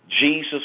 Jesus